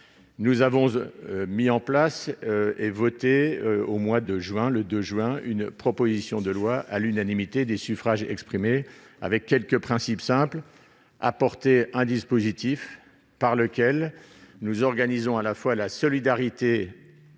nous avons mis en place et votée au mois de juin, le 2 juin une proposition de loi à l'unanimité des suffrages exprimés avec quelques principes simples: apporter un dispositif par lequel nous organisons à la fois la solidarité